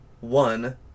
One